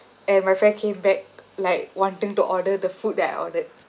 and my friend came back like wanting to order the food that I ordered